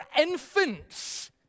infants